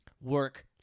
Work